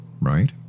Right